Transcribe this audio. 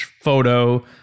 photo